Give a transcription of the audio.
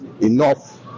enough